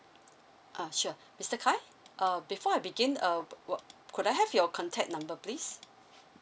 ah sure mister khai uh before I begin uh what could I have your contact number please